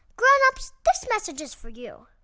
grown-ups, this message is for you